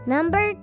Number